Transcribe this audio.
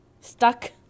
stuck